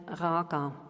raga